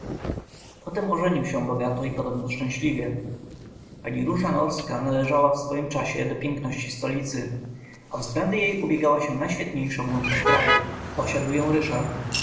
wydaje potem ożenił się bogato i podobno szczęśliwie pani róża norska należała w swoim czasie do piękności stolicy o względy jej ubiegała się najświetniejsza młodzież w kraju posiadł ją ryszard